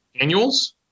annuals